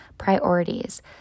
priorities